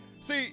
See